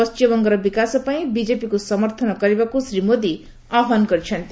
ପଣ୍ଟିମବଙ୍ଗର ବିକାଶ ପାଇଁ ବିଜେପିକୁ ସମର୍ଥନ କରିବାକୁ ଶ୍ରୀ ମୋଦି ଆହ୍ୱାନ କରିଛନ୍ତି